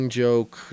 joke